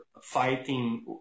fighting